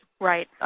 Right